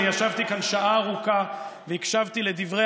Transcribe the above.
אני ישבתי כאן שעה ארוכה והקשבתי לדברי